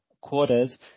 quarters